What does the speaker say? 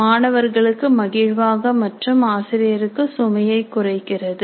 மாணவர்களுக்கு மகிழ்வாக மற்றும் ஆசிரியருக்கு சுமையைக் குறைக்கிறது